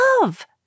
love